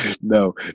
No